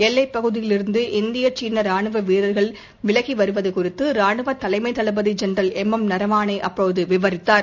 எல்லைப்பகுதியிலிருந்து இந்திய சீன ராணுவ வீரர்கள் விலகி வருவது குறித்து ராணுவ தலைமை தளபதி ஜெனரல் எம் எம் நரவாணே அப்போது விவரித்தார்